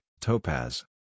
topaz